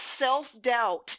self-doubt